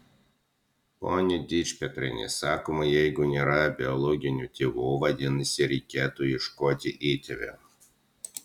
pone dičpetriene sakoma jeigu nėra biologinių tėvų vadinasi reikėtų ieškoti įtėvių